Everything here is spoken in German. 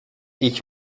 ich